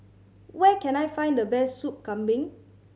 where can I find the best Soup Kambing